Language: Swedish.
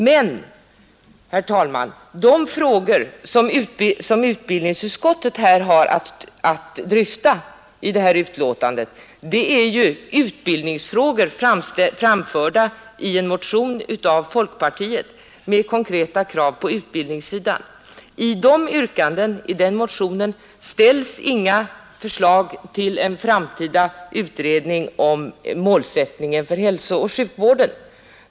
Men, herr talman, de frågor som utbildningsutskottet har att dryfta i det här betänkandet är ju utbildningsfrågor, framförda i en motion av folkpartiet med konkreta krav på utbildningssidan. I den motionen ställs inga förslag om en framtida utredning om målsättningen för hälsooch sjukvården.